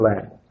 land